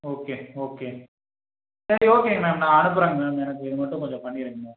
okay okay சரி ஓகேங்க ma'am நான் அனுப்புறேன் மேம் எனக்கு இது மட்டும் கொஞ்சம் பண்ணிருங்க